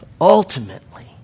Ultimately